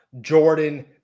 Jordan